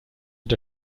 der